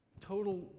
total